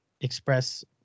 express